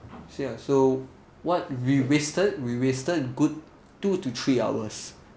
so ya so what we wasted we wasted good two to three hours